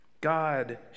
God